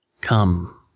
come